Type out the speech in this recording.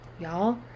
y'all